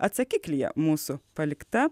atsakiklyje mūsų palikta